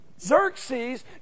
Xerxes